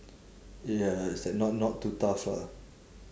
ya it's like not not too tough lah